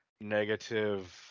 negative